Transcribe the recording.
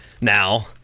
now